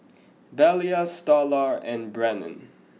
Belia Starla and Brannon